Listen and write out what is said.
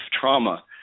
trauma